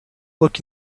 look